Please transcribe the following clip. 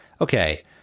okay